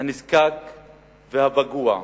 הנזקק והפגוע,